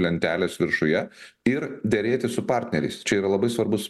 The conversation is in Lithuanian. lentelės viršuje ir derėtis su partneriais čia yra labai svarbus